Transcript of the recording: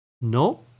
No